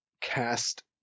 cast